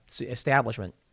establishment